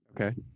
Okay